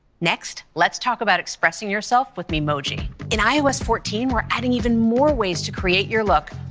next, let's talk about expressing yourself with memoji. in ios fourteen, we're adding even more ways to create your look.